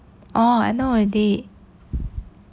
oh I know already